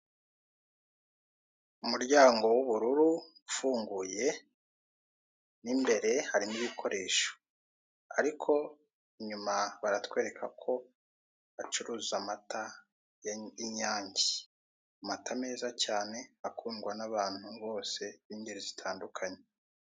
Umuryango w'ubururu ufunguye, mo imbere harimo ibikoresho ariko inyuma baratwereka ko bacuruza amata y'inyange. Amata meza cyane akundwa n'abantu bose n'ingeri zitandukanye